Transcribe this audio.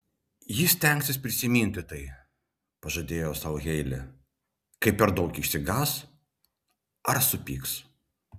ji stengsis prisiminti tai pažadėjo sau heilė kai per daug išsigąs ar supyks